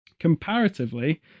comparatively